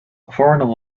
foreign